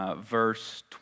verse